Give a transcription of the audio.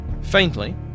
Faintly